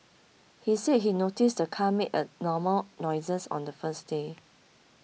he said he noticed the car made abnormal noises on the first day